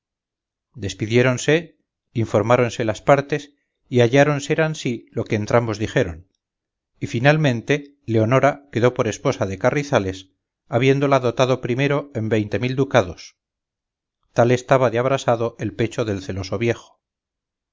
dicho despidiéronse informáronse las partes y hallaron ser ansí lo que entrambos dijeron y finalmente leonora quedó por esposa de carrizales habiéndola dotado primero en veinte mil ducados tal estaba de abrasado el pecho del celoso viejo